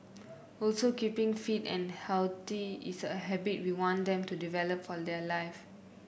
also keeping fit and healthy is a habit we want them to develop for the life